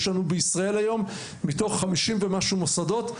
יש לנו בישראל היום מתוך 50 ומשהו מוסדות,